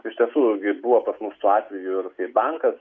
iš tiesų gi buvo pas mus tų atveju ir kai bankas